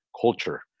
culture